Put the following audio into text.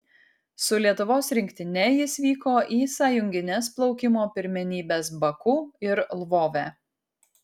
su lietuvos rinktine jis vyko į sąjungines plaukimo pirmenybes baku ir lvove